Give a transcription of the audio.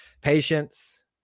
patience